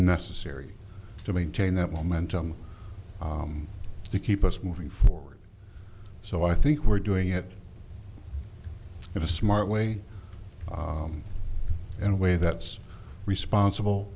necessary to maintain that momentum to keep us moving forward so i think we're doing it in a smart way in a way that's responsible